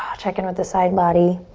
ah check in with the side body.